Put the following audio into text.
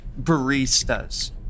baristas